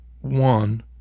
one